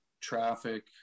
traffic